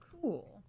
Cool